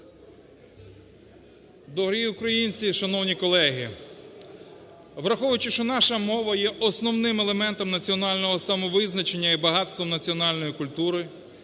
Дорогі українці, шановні колеги! "Враховуючи, що наша мова є основним елементом національного самовизначенням і багатством національної культури,